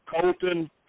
Colton